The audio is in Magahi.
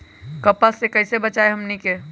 कपस से कईसे बचब बताई हमनी के?